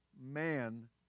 man